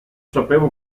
sapevo